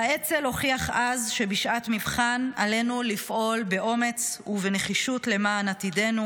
האצ"ל הוכיח אז שבשעת מבחן עלינו לפעול באומץ ובנחישות למען עתידנו,